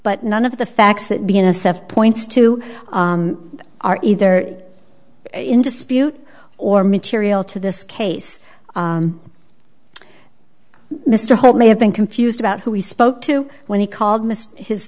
but none of the facts that being assessed points to are either in dispute or material to this case mr hope may have been confused about who he spoke to when he called missed his